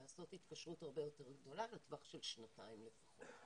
לעשות התקשרות הרבה יותר גדולה בטווח של שנתיים לפחות.